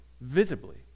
visibly